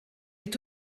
est